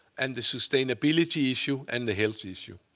and the sustainability issue, and the health issue.